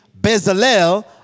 Bezalel